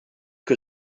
que